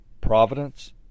Providence